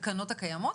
התקנות הקיימות?